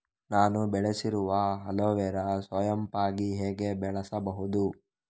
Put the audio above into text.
ನಾನು ಬೆಳೆಸಿರುವ ಅಲೋವೆರಾ ಸೋಂಪಾಗಿ ಹೇಗೆ ಬೆಳೆಸಬಹುದು?